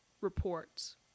reports